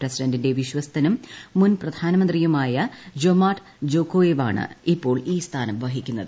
പ്രസിഡന്റിന്റെ വിശ്വസ്തനും മുൻ പ്രധാനമന്ത്രിയുമായ ജൊമാർട്ട് തോക്കായേവാണ് ഇപ്പോൾ ഈ സ്ഥാനം വഹിക്കുന്നത്